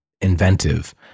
inventive